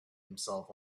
himself